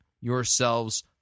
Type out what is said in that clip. yourselves